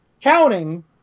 counting